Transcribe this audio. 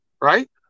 right